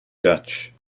dutch